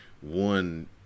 one